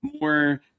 More